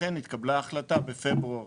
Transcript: לכן התקבלה החלטה בפברואר